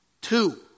two